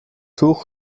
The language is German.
tuch